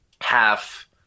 half